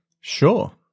Sure